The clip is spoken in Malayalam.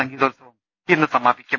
സംഗീതോൽസവം ഇന്ന് സമാപിക്കും